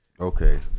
Okay